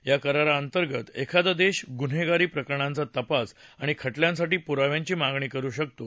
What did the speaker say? या करारांतर्गत एखादा देश गुन्हेगारी प्रकरणांचा तपास आणि खटल्यांसाठी पुराव्यांची मागणी करू शकतो